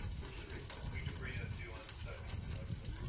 which is reasonable. we can bring that to you on the second if you like sir.